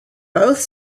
both